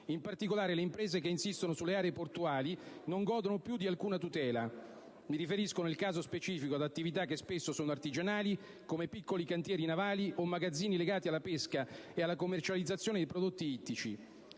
In particolare, le imprese che insistono sulle aree portuali non godono più di alcuna tutela. Mi riferisco, nel caso specifico, ad attività che spesso sono artigianali, come piccoli cantieri navali o magazzini legati alla pesca e alla commercializzazione dei prodotti ittici.